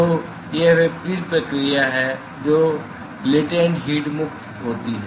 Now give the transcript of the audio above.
तो यह विपरीत प्रक्रिया है जहां लेटेन्ट हीट मुक्त होती है